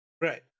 Right